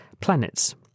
planets